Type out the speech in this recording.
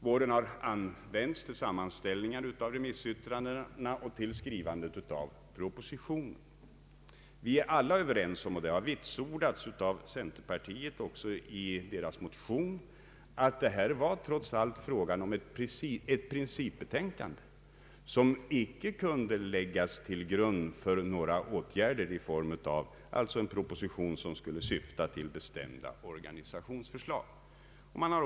Våren har använts till sammanställningar av remissyttrandena och till skrivandet av propositionen. Vi är alla överens om — det har vitsordats också av centerpartiet i dess motion — att det här trots allt var fråga om ett principbetänkande som icke kunde läggas till grund för en proposition som skulle syfta till bestämda organisationsförslag.